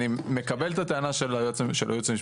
אני מקבל את הטענה של היועץ המשפטי,